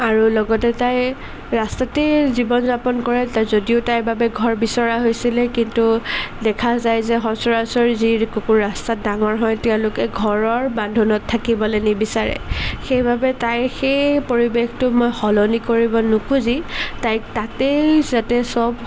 আৰু লগতে তাই ৰাস্তাতেই জীৱন যাপন কৰে যদিও তাইৰ বাবে ঘৰ বিচৰা হৈছিলে কিন্তু দেখা যায় যে সচৰাচৰ যি কুকুৰ ৰাস্তাত ডাঙৰ হয় তেওঁলোকে ঘৰৰ বান্ধোনত থাকিবলৈ নিবিচাৰে সেইবাবে তাইৰ সেই পৰিৱেশটো মই সলনি কৰিব নুখুজি তাইক তাতেই যাতে সব